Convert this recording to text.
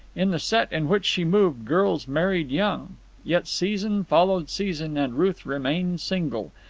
in the set in which she moved girls married young yet season followed season, and ruth remained single,